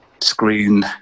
screen